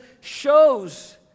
shows